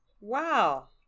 Wow